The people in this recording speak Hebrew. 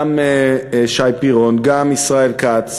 גם שי פירון, גם ישראל כץ,